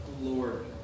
Lord